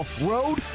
road